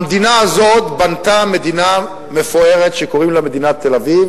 המדינה הזאת בנתה מדינה מפוארת שקוראים לה מדינת תל-אביב,